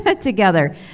together